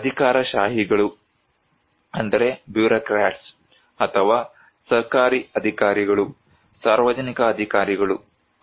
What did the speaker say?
ಅಧಿಕಾರಶಾಹಿಗಳು ಅಥವಾ ಸರ್ಕಾರಿ ಅಧಿಕಾರಿಗಳು ಸಾರ್ವಜನಿಕ ಅಧಿಕಾರಿಗಳು